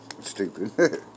Stupid